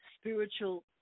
spiritual